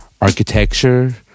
architecture